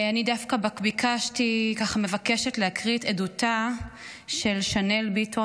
אני דווקא מבקשת להקריא את עדותה של שאנל ביטון,